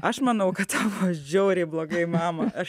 aš manau kad aš žiauriai blogai mama aš